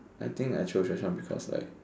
I think I chose restaurant because like